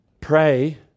Pray